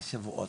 שבועות.